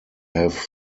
have